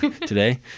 today